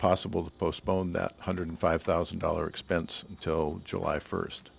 possible to postpone that hundred five thousand dollar expense till july first